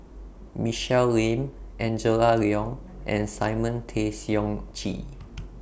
Michelle Lim Angela Liong and Simon Tay Seong Chee